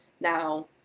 Now